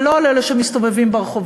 ולא על אלה שמסתובבים ברחובות,